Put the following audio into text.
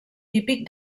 típic